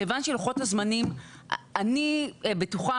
כיוון שלוחות הזמנים יתארכו ואני בטוחה